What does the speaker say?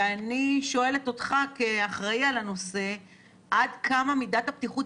ואני שואלת אותך כאחראי על הנושא עד כמה מידת הפתיחות